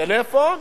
טלפון,